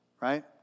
right